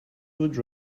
would